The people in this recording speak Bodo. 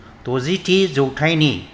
दजिथि जौथाइनि